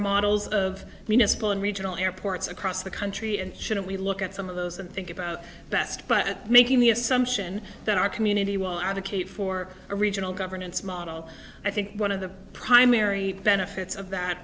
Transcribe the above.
models of municipal and regional airports across the country and shouldn't we look at some of those and think about best but making the assumption that our community will advocate for a regional governance model i think one of the primary benefits of that